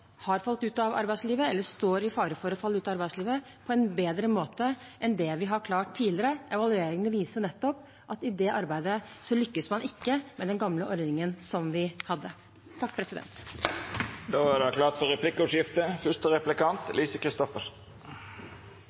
har falt ut av eller står i fare for å falle ut av arbeidslivet, på en bedre måte enn vi har klart tidligere. Evalueringene viser nettopp at i det arbeidet lyktes man ikke med den gamle ordningen som vi hadde.